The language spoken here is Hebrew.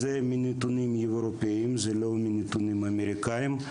זה מנתונים אירופאיים, זה לא מנתונים אמריקאיים,